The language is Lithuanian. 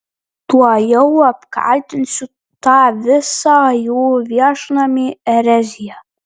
tuojau apkaltinsiu tą visą jų viešnamį erezija